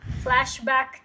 Flashback